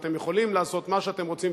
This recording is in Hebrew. ואתם יכולים לעשות מה שאתם רוצים,